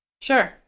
Sure